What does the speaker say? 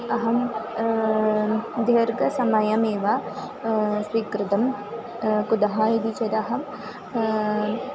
अहं दीर्घसमयमेव स्वीकृतं कुतः इति चेदहं